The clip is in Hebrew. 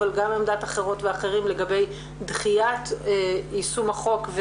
אבל גם עמדות אחרות ואחרים לגבי דחיית יישום החוק,